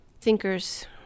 thinkers